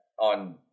on